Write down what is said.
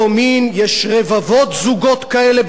יש רבבות זוגות כאלה בישראל,